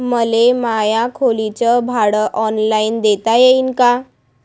मले माया खोलीच भाड ऑनलाईन देता येईन का?